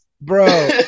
bro